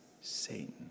Satan